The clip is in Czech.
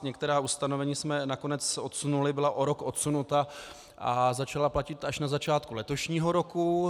Některá ustanovení jsme nakonec odsunuli, byla o rok odsunuta a začala platit až na začátku letošního roku.